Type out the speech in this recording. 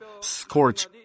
scorch